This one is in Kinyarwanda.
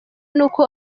nuko